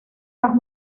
las